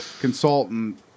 consultant